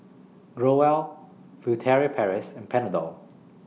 Growell Furtere Paris and Panadol